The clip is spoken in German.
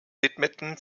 widmeten